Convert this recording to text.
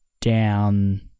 down